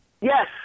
Yes